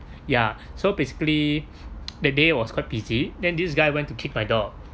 ya so basically that day was quite busy than this guy went to kick my door